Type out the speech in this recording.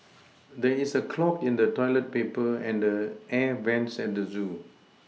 there is a clog in the toilet paper and the air vents at the zoo